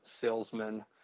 salesmen